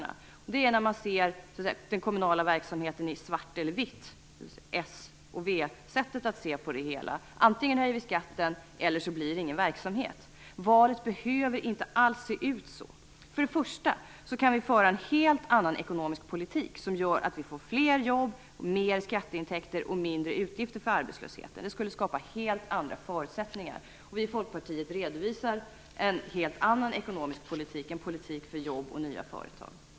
Man ser alltså den kommunala verksamheten i antingen svart eller vitt - dvs. s och v-sättet att se på det hela: Antingen höjer vi skatten, eller också blir det ingen verksamhet. Men valet behöver inte alls se ut så. För det första kan vi föra en helt annan ekonomisk politik som gör att vi får fler jobb, mer skatteintäkter och mindre utgifter för arbetslösheten. Det skulle skapa helt andra förutsättningar. Vi i Folkpartiet redovisar en helt annan ekonomisk politik - en politik för jobb och nya företag.